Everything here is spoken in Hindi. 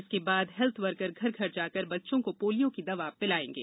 इसके बाद हेल्थ वर्कर घर घर जाकर बच्चों को पोलियों की दवा पिलायेंगे